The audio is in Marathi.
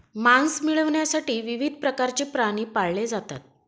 मांस मिळविण्यासाठी विविध प्रकारचे प्राणी पाळले जातात